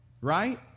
right